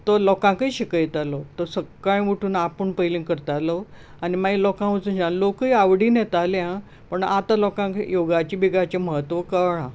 तो लोकांकूय शिकयतालो तो सकाळीं उठून आपूण पयलीं करतालो आनी मागीर लोकां वचून लोकूय आवडीन येताले आं पण आतां लोकांक योगाचें विगाचें म्हत्व कळ्ळां